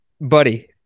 buddy